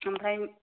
आमफ्राय